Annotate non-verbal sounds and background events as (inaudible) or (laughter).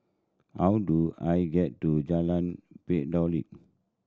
how do I get to Jalan (unintelligible)